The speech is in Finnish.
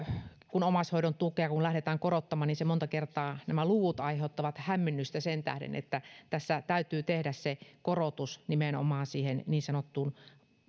kun omaishoidon tukea lähdetään korottamaan niin monta kertaa nämä luvut aiheuttavat hämmennystä sen tähden että tässä täytyy tehdä se korotus nimenomaan siihen niin sanottuun